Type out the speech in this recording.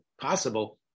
possible